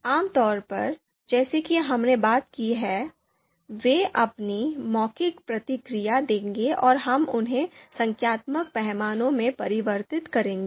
आमतौर पर जैसा कि हमने बात की है वे अपनी मौखिक प्रतिक्रिया देंगे और हम उन्हें संख्यात्मक पैमानों में परिवर्तित करेंगे